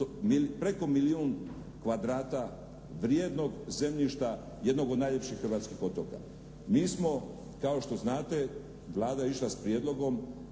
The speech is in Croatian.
preko milijun kvadrata vrijednog zemljišta jednog od najljepših hrvatskih otoka. Mi smo, kao što znate, Vlada je išla s prijedlogom